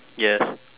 yes